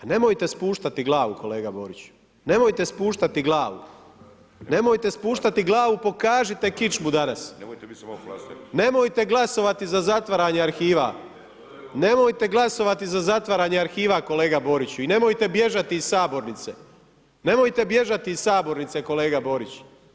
Nemojte spuštati glavu kolega Boriću, nemojte spuštati glavu, nemojte spuštati glavu, pokažite kičmu danas, nemojte glasovati za zatvaranje arhiva, nemojte glasovati za zatvaranje arhiva kolega Boriću i nemojte bježati iz Sabornice, nemojte bježati iz sabornice kolega Borić.